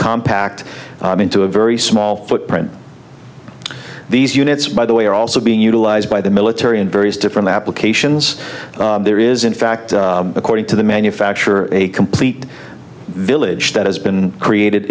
compact into a very small footprint these units by the way are also being utilized by the military in various different applications there is in fact according to the manufacturer a complete village that has been created